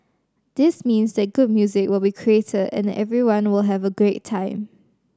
this means that good music will be created and that everyone will have a great time